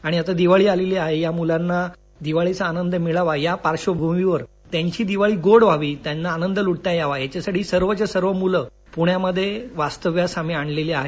आणि दिवाळी आलेली आहे या मुलांना दिवाळीचा आनंद मिळावा या पार्वभूमीवर त्यांची दिवाळी गोड व्हावी त्यांना आनंद लुटता यावा याच्यासाठी सर्व मुलं पुण्यामध्ये वास्तव्यास आणली आहेत